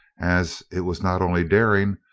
as it was not only daring,